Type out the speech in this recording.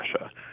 Russia